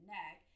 neck